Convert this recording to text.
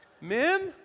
Men